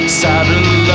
satellite